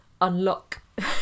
unlock